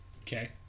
Okay